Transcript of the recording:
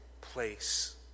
place